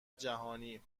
جهانی